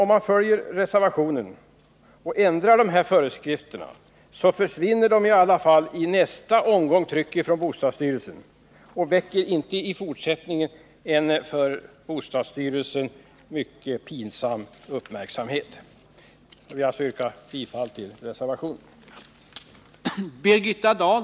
Om man följer reservationen och ändrar 29 föreskrifterna försvinner de i alla fall i nästa omgång tryck från bostadsstyrelsen och väcker inte i fortsättningen en för bostadsstyrelsen mycket pinsam uppmärksamhet. Jag vill alltså yrka bifall till reservationen.